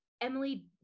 Emily